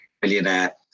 billionaire